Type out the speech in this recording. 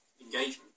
engagement